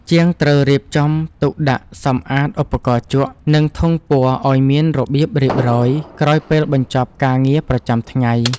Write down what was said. ជាងត្រូវរៀបចំទុកដាក់សម្អាតឧបករណ៍ជក់ និងធុងពណ៌ឱ្យមានរបៀបរៀបរយក្រោយពេលបញ្ចប់ការងារប្រចាំថ្ងៃ។